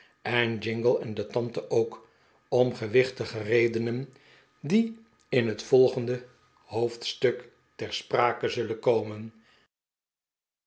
en jingle en de tante ook om gewichtige redenen die in het volgende hoofdstuk ter sprake zullen komen